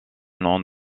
nom